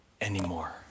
anymore